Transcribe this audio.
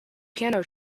piano